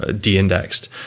de-indexed